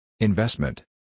Investment